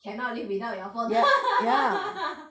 cannot live without your phone